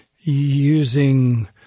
using